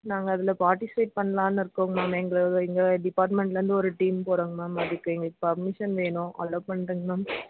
நாங்கள் அதில் பார்ட்டிசிபேட் பண்ணலானு இருக்கோங் மேம் எங்களை எங்கள் டிபார்ட்மென்ட்டில் இருந்து ஒரு டீம் போகிறோங் மேம் அதுக்கு எங்களுக்கு பர்மிஷன் வேணும் அலோ பண்ணுறிங் மேம்